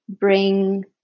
bring